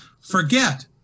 forget